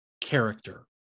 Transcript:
character